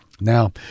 Now